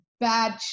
Bad